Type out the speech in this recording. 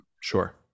sure